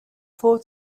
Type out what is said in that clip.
four